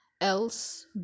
else